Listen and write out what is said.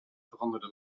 veranderde